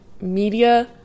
media